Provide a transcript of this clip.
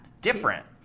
different